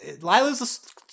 Lila's